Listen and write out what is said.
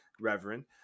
Reverend